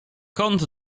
kąt